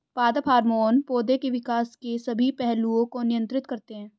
पादप हार्मोन पौधे के विकास के सभी पहलुओं को नियंत्रित करते हैं